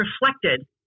reflected